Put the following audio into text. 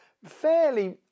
fairly